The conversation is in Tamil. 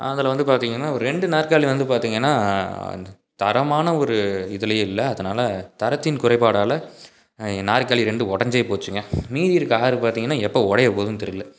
அதில் வந்து பார்த்தீங்கன்னா ஒரு ரெண்டு நாற்காலி வந்து பார்த்தீங்கன்னா தரமான ஒரு இதுலேயே இல்லை அதனால் தரத்தின் குறைபாடால் நாற்காலி ரெண்டு உடஞ்சே போச்சுங்க மீதி இருக்கற ஆறு பார்த்தீங்கன்னா எப்போ உடைய போகுதுன்னு தெரியல